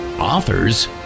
authors